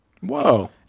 Whoa